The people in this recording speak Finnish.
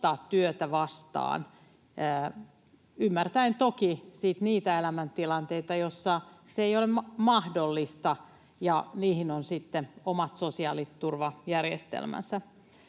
ottaa työtä vastaan ymmärtäen toki siis niitä elämäntilanteita, joissa se ei ole mahdollista, ja niihin on sitten omat sosiaaliturvajärjestelmänsä.